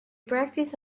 practiced